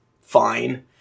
fine